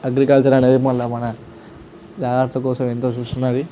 agriculture అనేది మొన్న మన జాగ్రత్త కోసం ఎంతో చూస్తున్నది